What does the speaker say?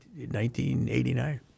1989